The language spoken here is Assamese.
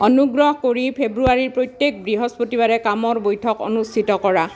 অনুগ্ৰহ কৰি ফেব্ৰুৱাৰীৰ প্ৰত্যেক বৃহস্পতিবাৰে কামৰ বৈঠক অনুষ্ঠিত কৰা